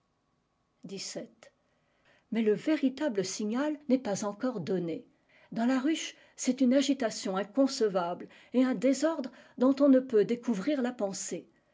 xvii mais le véritable signal n'est pas encore donné dans la ruche c'est une agitation inconcevable et un désordre dont on ne peut ouvrir la pensée